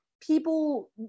people